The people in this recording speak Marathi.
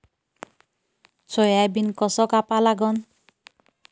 सोयाबीन कस कापा लागन?